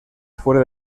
fuera